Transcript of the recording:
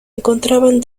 encontraban